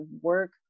work